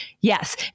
Yes